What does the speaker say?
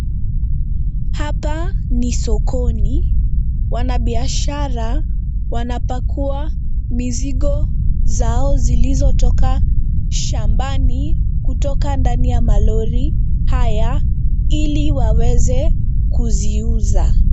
Hapa ni sokoni. Wanabiashara wanapakua mizigo zao zilizotoka shambani kutoka ndani ya malori haya ili waweze kuziuza.